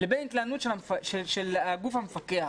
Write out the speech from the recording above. לבין ההתנהלות של הגוף המפקח.